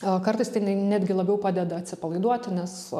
o kartais tai netgi labiau padeda atsipalaiduoti nes